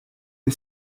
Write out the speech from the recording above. and